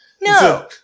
No